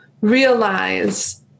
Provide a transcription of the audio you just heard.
realize